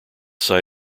site